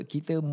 Kita